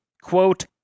quote